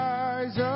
eyes